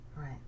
Right